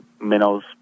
minnows